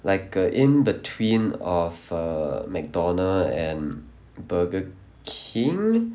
like a in between of err McDonald's and Burger King